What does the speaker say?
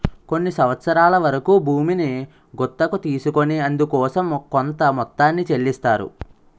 కొన్ని సంవత్సరాల వరకు భూమిని గుత్తకు తీసుకొని అందుకోసం కొంత మొత్తాన్ని చెల్లిస్తారు